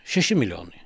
šeši milijonai